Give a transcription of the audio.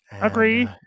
agree